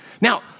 Now